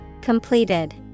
Completed